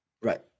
Right